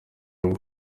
avuga